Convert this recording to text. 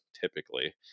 typically